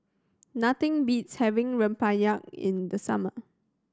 nothing beats having rempeyek in the summer